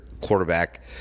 quarterback